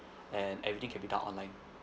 and everything can be done online